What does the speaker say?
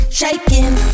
shaking